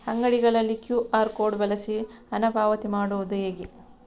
ಅಂಗಡಿಗಳಲ್ಲಿ QR code ಬಳಸಿ ಹಣ ಪಾವತಿ ಮಾಡೋದು ಹೇಗೆ?